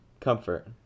comfort